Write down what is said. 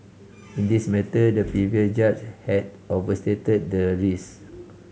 in this matter the previous judge had overstated the risk